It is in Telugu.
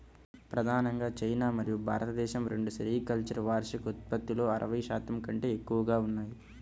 ప్రధానంగా చైనా మరియు భారతదేశం రెండూ సెరికల్చర్ వార్షిక ఉత్పత్తిలో అరవై శాతం కంటే ఎక్కువగా ఉన్నాయి